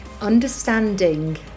understanding